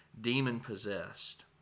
demon-possessed